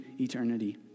eternity